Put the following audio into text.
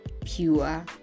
pure